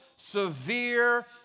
Severe